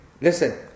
listen